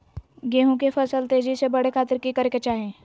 गेहूं के फसल तेजी से बढ़े खातिर की करके चाहि?